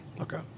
Okay